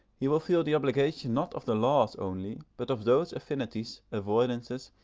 he will feel the obligation not of the laws only, but of those affinities, avoidances,